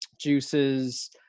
juices